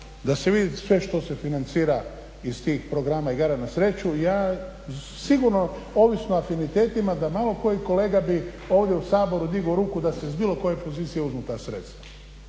da se vidi sve što se financira iz tih programa igara na sreću. Ja sigurno, ovisno o afinitetima da malo koji kolega bi ovdje u Saboru digao ruku da se s bilo koje pozicije uzmu ta sredstva.